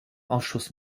ausschuss